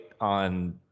on